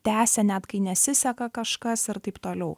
tęsę net kai nesiseka kažkas ir taip toliau